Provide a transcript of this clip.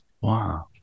Wow